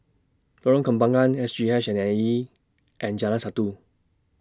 Lorong Kembangan S G H A and E and Jalan Satu